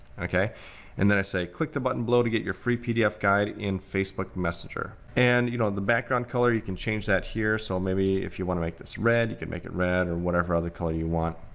and then i say, click the button below to get your free pdf guide in facebook messenger. and you know the background color, you can change that here, so maybe if you wanna make this red, you could make it red or whatever other color you want.